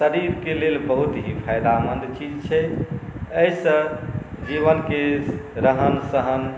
शरीरके लेल बहुत ही फाइदामन्द चीज छै अहिसँ जीवनके रहन सहन